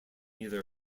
either